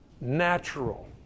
natural